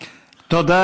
תודה.